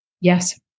Yes